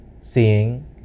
seeing